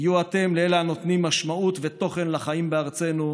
היו אתם לאלה הנותנים משמעות ותוכן לחיים בארצנו,